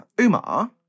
umar